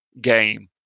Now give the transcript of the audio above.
game